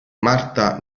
marta